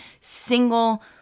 single